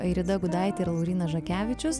airida gudaitė ir laurynas žakevičius